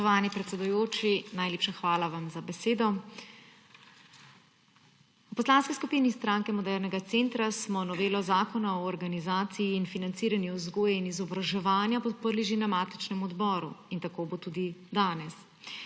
predsedujoči, najlepša hvala za besedo. V Poslanski skupini Stranke modernega centra smo novelo Zakona o organizaciji in financiranju vzgoje in izobraževanja podprli že na matičnem odboru, in tako bo tudi danes.